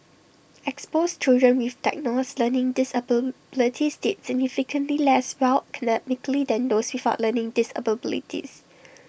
exposed children with diagnosed learning disabilities did significantly less well academically than those without learning disabilities